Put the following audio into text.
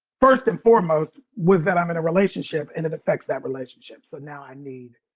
first and foremost was that i'm in a relationship and it affects that relationship. so now i need